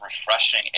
refreshing